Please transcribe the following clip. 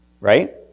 Right